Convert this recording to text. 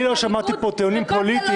אני לא שמעתי פה טיעונים פוליטיים,